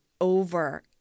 over